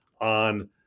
on